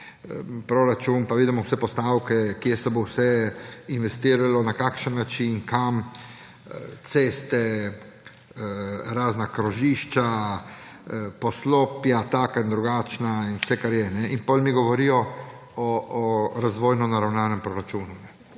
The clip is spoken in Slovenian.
proračun in vidimo vse postavke, kje se bo vse investiralo, na kakšen način, kam, ceste, razna krožišča, poslopja taka in drugačna in vse, kar je. In potem mi govorijo o razvojno naravnanem proračunu.